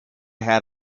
had